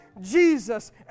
Jesus